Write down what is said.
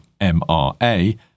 MRA